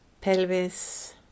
pelvis